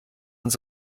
uns